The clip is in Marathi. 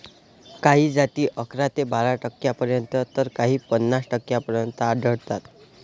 काही जाती अकरा ते बारा टक्क्यांपर्यंत तर काही पन्नास टक्क्यांपर्यंत आढळतात